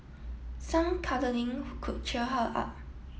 some cuddling could cheer her up